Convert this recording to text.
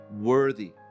worthy